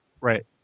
right